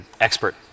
expert